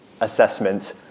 assessment